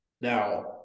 Now